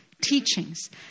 teachings